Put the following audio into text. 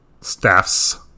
staffs